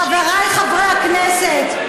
חברי חברי הכנסת,